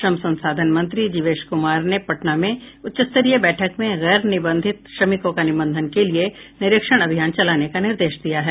श्रम संसाधन मंत्री जिवेश कुमार ने पटना में उच्चस्तरीय बैठक में गैर निबंधित श्रमिकों का निबंधन के लिए निरीक्षण अभियान चलाने का निर्देश दिया है